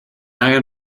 angen